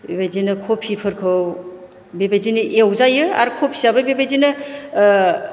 बेबायदिनो कबिफोरखौ बेबायदिनो एवजायो आरो कबियाबो बेबायदिनो